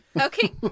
Okay